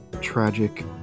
tragic